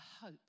hope